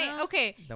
Okay